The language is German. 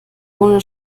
ohne